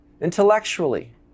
intellectually